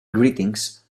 greetings